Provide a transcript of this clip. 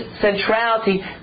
centrality